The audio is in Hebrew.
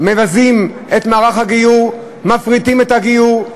מבזים את מערך הגיור, מפריטים את הגיור.